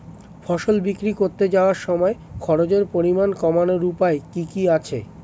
ফসল বিক্রি করতে যাওয়ার সময় খরচের পরিমাণ কমানোর উপায় কি কি আছে?